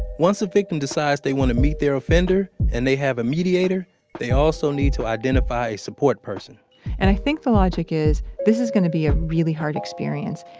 once a victim decides they want to meet their offender and they have a mediator they also need to identify a support person and i think the logic is this is gonna be a really hard experience.